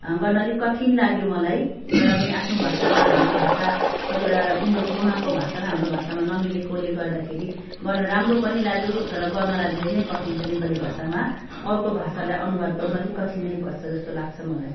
गर्न अलिक कठिन लाग्यो मलाई तर पनि आफ्नो भाषामा हाम्रो भाषा कतिवटा उनीहरूको उहाँहरूको भाषा र हाम्रो भाषामा नमिलेकोले गर्दाखेरि गर्न राम्रो पनि लाग्यो तर गर्नलाई धेरै नै कठिन छ नेपाली भाषामा अर्को भाषालाई अनुवाद गर्नु अलिक कठिन नै पर्छ जस्तो लाग्छ मलाई